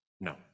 No